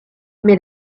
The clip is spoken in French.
mais